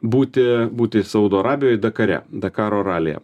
būti būti saudo arabijoj dakare dakaro ralyje